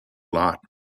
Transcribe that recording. lot